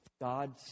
God